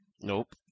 Nope